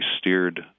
steered